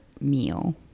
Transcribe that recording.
meal